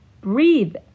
Breathe